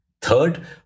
Third